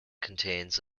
contains